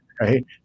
Right